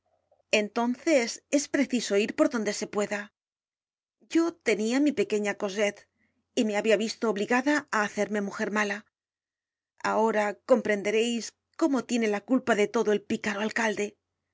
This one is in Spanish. entonces es preciso ir por donde se pueda yo tenia mi pequeña cosette y me he visto obligada á hacerme mujer mala ahora comprendereis como tiene la culpa de todo el picaro alcalde yo